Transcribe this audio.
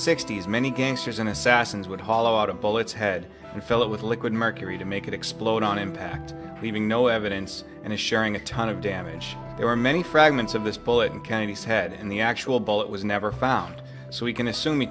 sixty's many gangsters in assassins would hollow out of bullets head and fill it with liquid mercury to make it explode on impact leaving no evidence and is sharing a ton of damage there are many fragments of this bullet and county's head and the actual bullet was never found so we can assume